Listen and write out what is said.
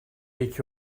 iki